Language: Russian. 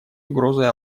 угрозой